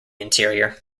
interior